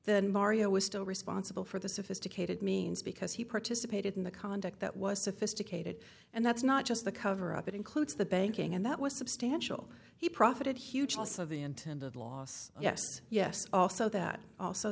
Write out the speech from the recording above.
then mario was still responsible for the sophisticated means because he participated in the conduct that was sophisticated and that's not just the cover up that includes the banking and that was substantial he profited huge loss of the intended loss yes yes also that also